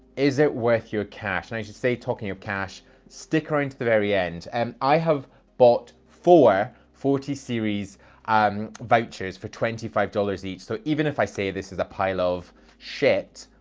is it worth your cash. and i should say talking of cash, stick around to the very end. and i have bought four forte series um vouchers for twenty five dollars each. so even if i say this as a pile of shit,